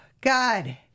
God